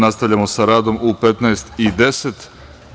Nastavljamo sa radom u 15.10 časova.